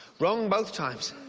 wrong both times.